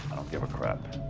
give a crap.